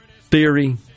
theory